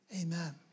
Amen